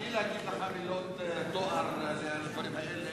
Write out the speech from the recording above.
בלי להגיד לך מילות תואר לדברים האלה,